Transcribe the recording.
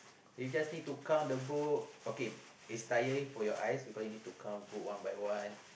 you just need to count the book okay it's tiring for your eyes because you need to count book one by one